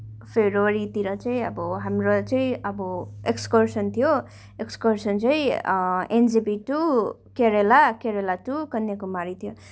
फेब्रुअरीतिर चाहिँ अब हाम्रो चाहिँ अब एक्सकर्सन थियो एक्सकर्सन चाहिँ NJP to Kerala Kerala to Kanyakumari थियो